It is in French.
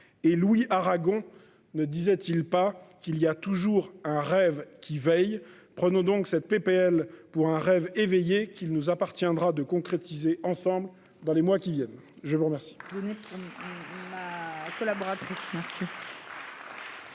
et Louis Aragon ne disait-il pas qu'il y a toujours un rêve qui veille pronos donc cette PPL pour un rêve éveillé qu'il nous appartiendra de concrétiser ensemble dans les mois qui viennent, je vous remercie.